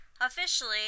Officially